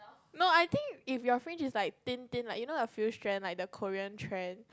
no I think if your friend is like thin thin like you know the friend trend like the Korean trend